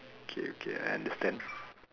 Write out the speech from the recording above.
okay okay I understand